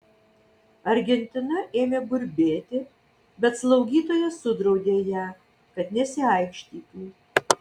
argentina ėmė burbėti bet slaugytoja sudraudė ją kad nesiaikštytų